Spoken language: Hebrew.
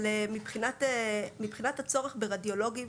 מבחינת הצורך ברדיולוגים,